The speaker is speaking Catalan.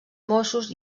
mossos